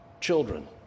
children